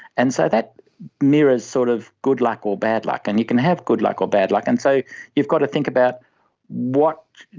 and so that mirrors sort of good luck or bad luck, and you can have good luck or bad luck. and so you've got to think about what,